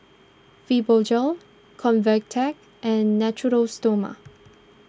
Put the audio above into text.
Fibogel Convatec and Natura Stoma